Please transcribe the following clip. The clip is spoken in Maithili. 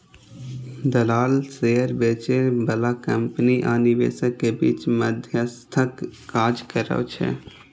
दलाल शेयर बेचय बला कंपनी आ निवेशक के बीच मध्यस्थक काज करै छै